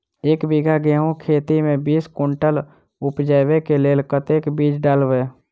एक बीघा गेंहूँ खेती मे बीस कुनटल उपजाबै केँ लेल कतेक बीज डालबै?